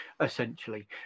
essentially